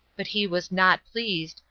but he was not pleased,